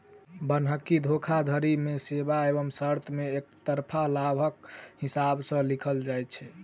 बन्हकी धोखाधड़ी मे सेवा एवं शर्त मे एकतरफा लाभक हिसाब सॅ लिखल जाइत छै